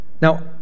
Now